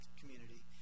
community